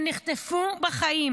הם נחטפו בחיים.